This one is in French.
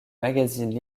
magazines